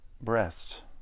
breasts